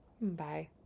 Bye